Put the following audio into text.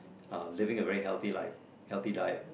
uh living a very healthy life heathy diet